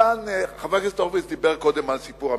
חבר הכנסת הורוביץ דיבר קודם על סיפור המרפסת,